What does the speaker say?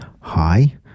hi